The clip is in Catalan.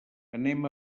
anem